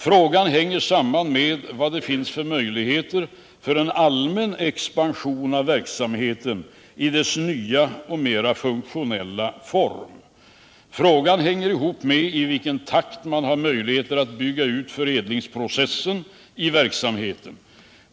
Frågan hänger samman med vad det finns för möjligheter till en allmän expansion av verksamheten i dess nya och mera funktionella form. Vidare hänger det ihop med i vilken takt man kan bygga ut förädlingsprocessen.